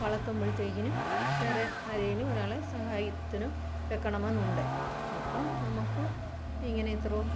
വളർത്തുമ്പോഴത്തേക്കിനും വേറെ ആരെങ്കിലും ഒരാളെ സഹായത്തിനും വെക്കണമെന്നുണ്ട് ഇപ്പം നമുക്ക് ഇങ്ങനെ ഇത്രയും